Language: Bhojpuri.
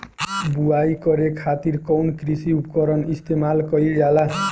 बुआई करे खातिर कउन कृषी उपकरण इस्तेमाल कईल जाला?